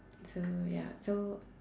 so ya so